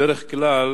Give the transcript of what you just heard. בדרך כלל